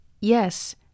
Yes